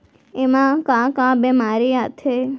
एमा का का बेमारी आथे?